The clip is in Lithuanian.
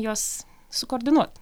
juos sukoordinuot